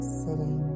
sitting